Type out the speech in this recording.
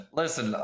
listen